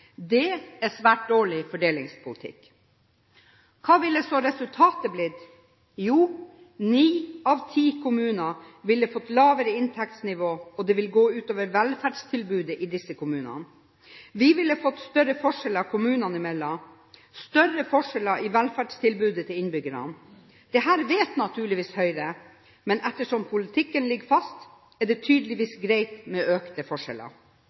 Det er svært dårlig fordelingspolitikk. Hva ville så resultatet blitt? Jo, ni av ti kommuner ville fått lavere inntektsnivå, og det vil gå ut over velferdstilbudet i disse kommunene. Vi ville fått større forskjeller kommunene imellom, større forskjeller i velferdstilbudet til innbyggerne. Dette vet naturligvis Høyre, men ettersom politikken ligger fast, er det tydeligvis greit med økte forskjeller.